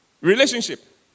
Relationship